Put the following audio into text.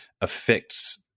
affects